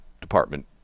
department